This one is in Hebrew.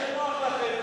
מתי שנוח לכם,